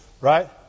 Right